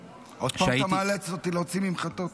עוד פעם אתה מאלץ אותי להוציא ממחטות?